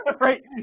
right